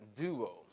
duo